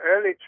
early